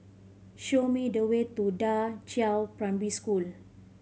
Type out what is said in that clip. show me the way to Da Qiao Primary School